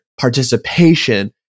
participation